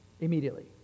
immediately